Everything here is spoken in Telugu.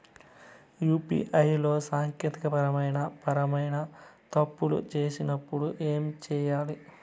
యు.పి.ఐ లో సాంకేతికపరమైన పరమైన తప్పులు వచ్చినప్పుడు ఏమి సేయాలి